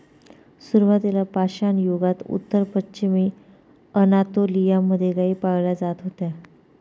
सुरुवातीला पाषाणयुगात उत्तर पश्चिमी अनातोलिया मध्ये गाई पाळल्या जात होत्या